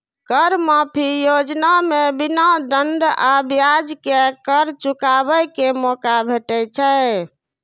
कर माफी योजना मे बिना दंड आ ब्याज के कर चुकाबै के मौका भेटै छै